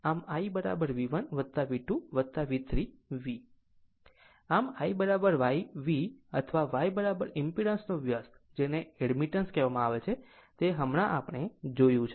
અથવા IYV અથવા Y impedance નો વ્યસ્ત જેને એડમિટન્સ કહેવામાં આવે છે તે હમણાં આપણે જોયું છે